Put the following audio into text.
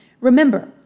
Remember